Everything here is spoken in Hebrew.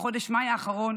בחודש מאי האחרון